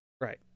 right